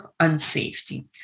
unsafety